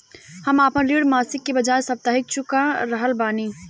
हम आपन ऋण मासिक के बजाय साप्ताहिक चुका रहल बानी